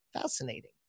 fascinating